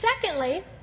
secondly